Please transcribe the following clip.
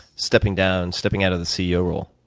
stepping down, stepping out of the ceo role?